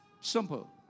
Simple